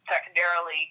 secondarily